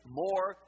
more